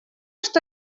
что